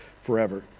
forever